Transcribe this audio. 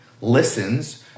listens